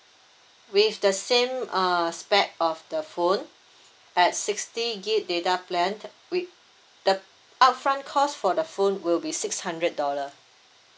with the same err spec of the phone at sixty gig data plan with the upfront cost for the phone will be six hundred dollar